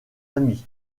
amis